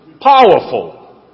powerful